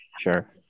sure